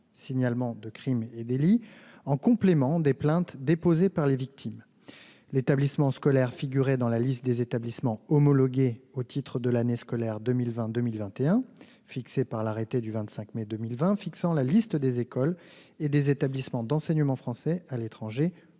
signalements de crimes et délits, en complément des plaintes déposées par les victimes. L'établissement scolaire figurait dans la liste des établissements homologués pour l'année scolaire 2020-2021 définie par l'arrêté du 25 mai 2020 fixant la liste des écoles et des établissements d'enseignement français à l'étranger homologués.